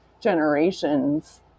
generations